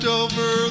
over